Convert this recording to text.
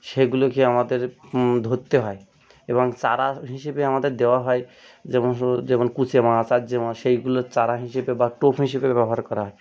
সেগুলোকে আমাদের ধরতে হয় এবং চারা হিসেবে আমাদের দেওয়া হয় যেমন যেমন কুচে মাছ আজ্জে মাছ সেইগুলোর চারা হিসেবে বা টোপ হিসেবে ব্যবহার করা হয়